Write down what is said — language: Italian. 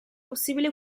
possibile